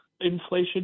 inflation